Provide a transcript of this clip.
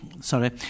Sorry